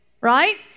right